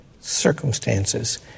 circumstances